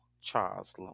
Charles